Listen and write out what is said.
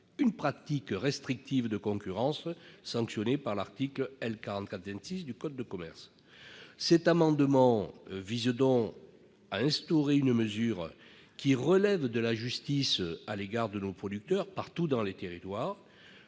une pratique restrictive de concurrence sanctionnée par l'article L. 442-6 du code de commerce. Cet amendement vise donc à instaurer une mesure qui relève de la justice à l'égard de nos producteurs, sur l'ensemble de nos territoires.